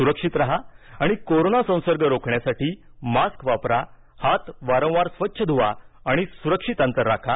सुरक्षित राहा आणि कोरोना संसर्ग रोखण्यासाठी मास्क वापरा हात वारंवार स्वच्छ धुवा आणि सुरक्षित अंतर राखा